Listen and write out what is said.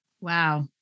Wow